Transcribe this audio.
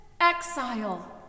exile